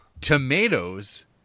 Tomatoes